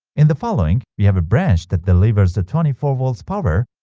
in the following we have a branch that delivers the twenty four volts power